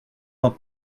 vingt